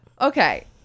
okay